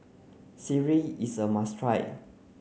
Sireh is a must try